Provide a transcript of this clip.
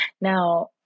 Now